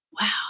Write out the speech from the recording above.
Wow